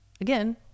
again